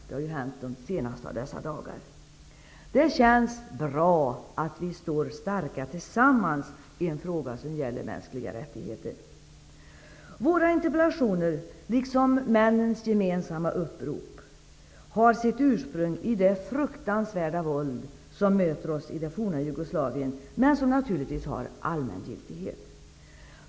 Det har skett de senaste av dessa dagar. Det känns bra att vi står starka tillsammans i en fråga som gäller mänskliga rättigheter. Våra interpellationer, liksom männens gemensamma upprop, har sitt ursprung i det fruktansvärda våld som möter oss i det forna Jugoslavien, men de har givetvis allmän giltighet.